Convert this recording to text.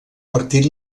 partit